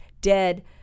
dead